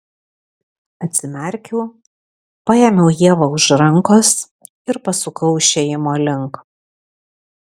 atsimerkiau paėmiau ievą už rankos ir pasukau išėjimo link